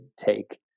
take